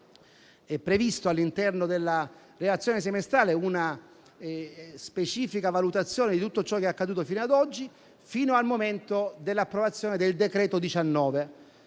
previsto all'interno della relazione semestrale una specifica valutazione di tutto ciò che è accaduto fino al momento dell'approvazione del decreto-legge